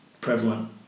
prevalent